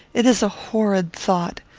it is a horrid thought.